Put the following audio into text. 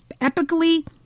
epically